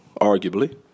arguably